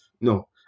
no